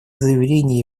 заявления